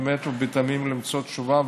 באמת ובתמים למצוא תשובה,